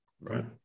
right